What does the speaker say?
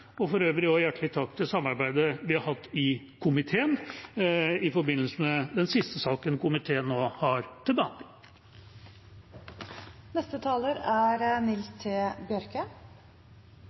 og for øvrig også hjertelig takk for samarbeidet vi har hatt i komiteen i forbindelse med den siste saken komiteen nå har til